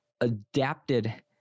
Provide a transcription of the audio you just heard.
adapted